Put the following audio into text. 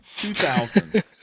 2000